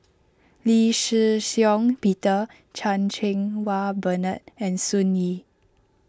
Lee Shih Shiong Peter Chan Cheng Wah Bernard and Sun Yee